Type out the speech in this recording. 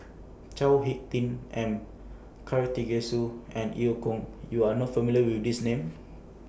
Chao Hick Tin M Karthigesu and EU Kong YOU Are not familiar with These Names